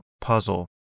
puzzle